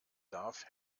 darf